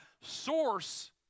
source